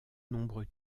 nombreux